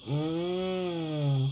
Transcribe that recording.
mm